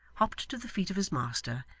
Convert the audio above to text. hopped to the feet of his master,